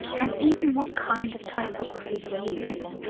and even what kind of typography to use.